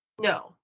No